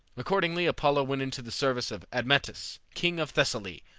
accordingly apollo went into the service of admetus, king of thessaly,